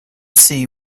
see